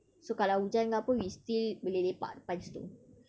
so kalau hujan ke apa we still boleh lepak depan situ